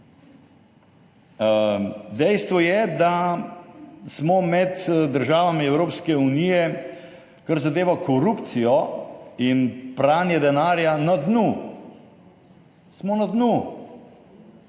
Dejstvo je, da smo med državami Evropske unije, kar zadeva korupcijo in pranje denarja, na dnu. Smo na dnu.